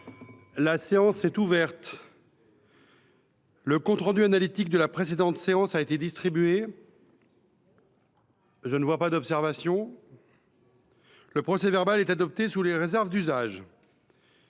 La séance est ouverte. Le compte rendu analytique de la précédente séance a été distribué. Il n’y a pas d’observation ?… Le procès verbal est adopté sous les réserves d’usage.